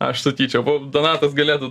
aš sakyčiau donatas galėtų